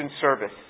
service